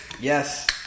Yes